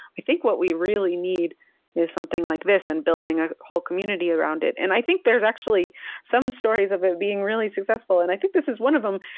i think what we really need is something like this, and building a whole community around it. and i think there's actually some stories of it being really successful and i think this is one of them.